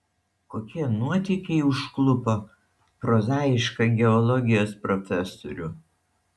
kokie nuotykiai užklupo prozaišką geologijos profesorių